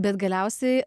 bet galiausiai